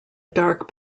dark